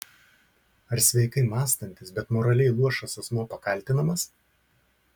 ar sveikai mąstantis bet moraliai luošas asmuo pakaltinamas